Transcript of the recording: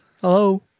Hello